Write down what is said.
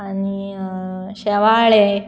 आनी शेवाळे